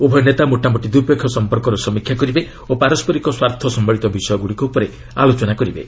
ଉଭୟ ନେତା ମୋଟାମୋଟି ଦ୍ୱିପକ୍ଷୀୟ ସମ୍ପର୍କର ସମୀକ୍ଷା କରିବେ ଓ ପାରସ୍କରିକ ସ୍ୱାର୍ଥ ସମ୍ଭଳିତ ବିଷୟଗୁଡ଼ିକ ଉପରେ ଆଲୋଚନା କରିବେ